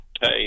Hey